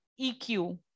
EQ